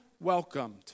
welcomed